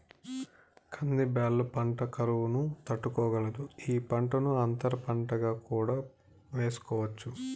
కంది బ్యాళ్ళ పంట కరువును తట్టుకోగలదు, ఈ పంటను అంతర పంటగా కూడా వేసుకోవచ్చు